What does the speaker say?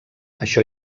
això